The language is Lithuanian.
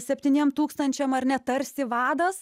septyniem tūkstančiam ar ne tarsi vadas